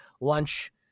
Lunch